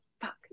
fuck